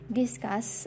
discuss